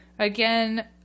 again